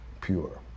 pure